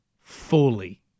fully